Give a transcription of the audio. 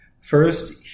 First